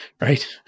right